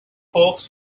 folks